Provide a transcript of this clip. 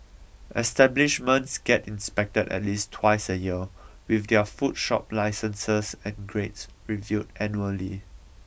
establishments get inspected at least twice a year with their food shop licences and grades reviewed annually